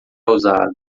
usado